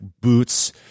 boots